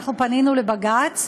פנינו לבג"ץ,